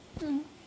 mm